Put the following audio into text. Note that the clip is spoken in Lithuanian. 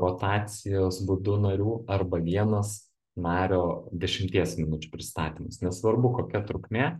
rotacijos būdu narių arba vienas nario dešimties minučių pristatymas nesvarbu kokia trukmė